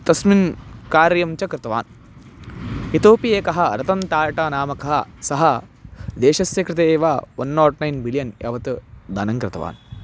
तस्मिन् कार्यं च कृतवान् इतोऽपि एकः रतन् टाटा नामकः सः देशस्य कृते एव वन् नाट् नैन् बिलियन् यावत् दानं कृतवान्